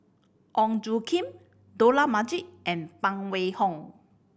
Ong Tjoe Kim Dollah Majid and Phan Wait Hong